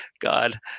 god